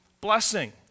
blessing